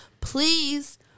Please